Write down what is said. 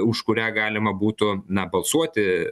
už kurią galima būtų na balsuoti